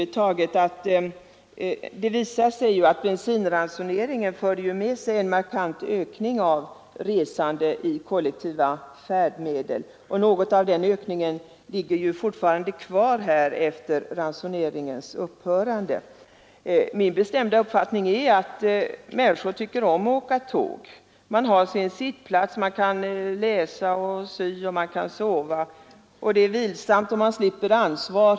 Det visade sig att bensinransoneringen ledde till en markant ökning av resandet med kollektiva färdmedel. Någonting av den ökningen kvarstår fortfarande efter bensinransoneringens upphörande. Min bestämda uppfattning är att människor tycker om att åka tåg. Man har sin sittplats, man kan läsa, sy eller sova, det är vilsamt och man slipper ansvar.